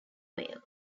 wave